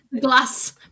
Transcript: glass